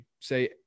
say